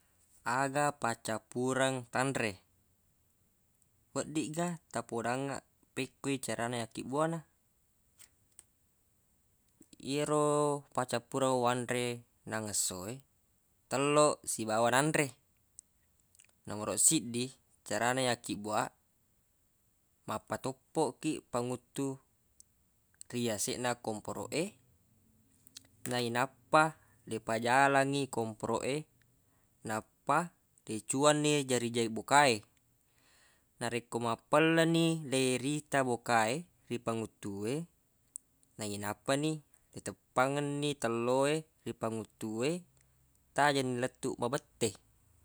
Aga paccappureng tanre weddigga tapodangnga pekko i carana yakkibbuang. Yero paccappureng wanre nangngesso e tello sibawa nanre, nomoroq siddi carana yakkibbuaq mappatoppo kiq panguttu ri yaseq na komporo e nainappa le pajalangngi komporoq e nappa le cuanni jarijari boka e. Narekko mapellani le rita boka e ri panguttu e nainappa ni iteppangenni tello e ri panguttu e tajenni lettuq mabette.